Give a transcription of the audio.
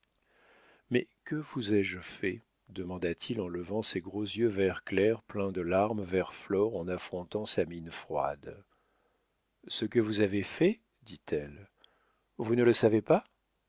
mais que vous ai-je fait demanda-t-il en levant ses gros yeux vert clair pleins de larmes vers flore en affrontant sa mine froide ce que vous avez fait dit-elle vous ne le savez pas